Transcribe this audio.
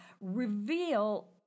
reveal